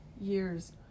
years